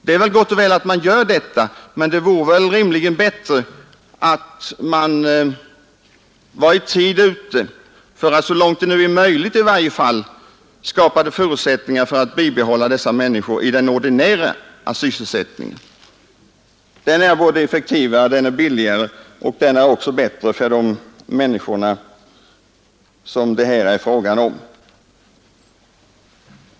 Det är väl gott och väl att man gör det, men det vore rimligen bättre att man vore ute i tid för att så långt det är möjligt skapa förutsättningar för att behålla dessa människor i deras ordinarie sysselsättning. Det är effektivare, billigare och bättre för de människor det är fråga om.